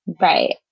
Right